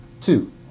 Two